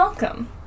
Welcome